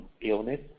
illness